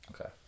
Okay